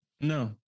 no